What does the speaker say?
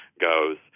goes